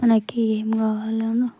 మనకి ఏం కావాలనో